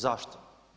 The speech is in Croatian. Zašto?